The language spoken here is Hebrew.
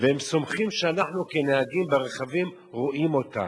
והם סומכים שאנחנו כנהגים ברכבים רואים אותם,